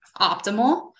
optimal